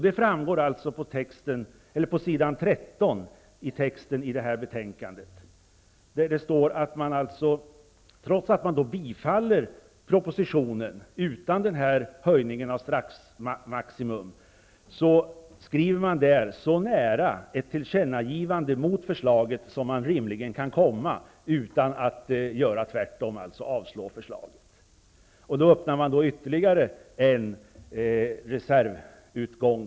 Det framgår av texten på s. 13 i betänkandet, där man -- trots att man tillstyrker propositionen utan höjning av straffmaximum -- skriver så nära ett avstyrkande av förslaget som man rimligen kan komma, utan att man därför avstyrker förslaget. I och med det öppnas ytterligare en reservutgång.